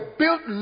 built